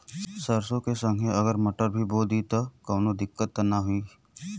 सरसो के संगे अगर मटर भी बो दी त कवनो दिक्कत त ना होय?